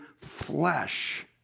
flesh